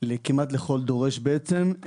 כמעט לכל דורש בעצם,